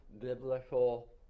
biblical